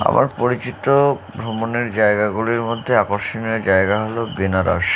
আমার পরিচিত ভ্রমণের জায়গাগুলির মধ্যে আকর্ষণীয় জায়গা হল বেনারস